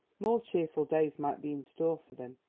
more cheerful days might be in store for them,